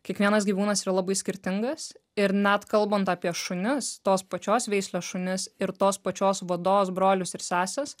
kiekvienas gyvūnas yra labai skirtingas ir net kalbant apie šunis tos pačios veislės šunis ir tos pačios vados brolius ir seses